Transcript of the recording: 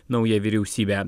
naują vyriausybę